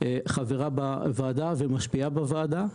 חברה בוועדה ומשפיעה בוועדה.